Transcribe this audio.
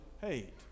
hate